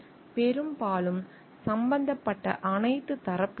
பெரும்பாலும் சம்பந்தப்பட்ட அனைத்து தரப்பினரும்